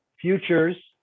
futures